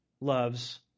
loves